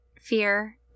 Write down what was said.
fear